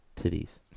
titties